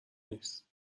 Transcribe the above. نیست